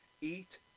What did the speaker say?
eat